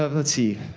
ah let's see.